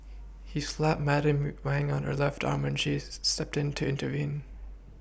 he slapped Madam Wang on her left arm when she stepped in to intervene